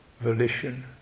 volition